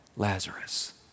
Lazarus